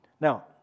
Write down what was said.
Now